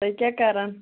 تُہۍ کیٛاہ کَران